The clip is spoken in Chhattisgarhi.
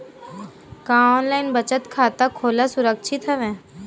का ऑनलाइन बचत खाता खोला सुरक्षित हवय?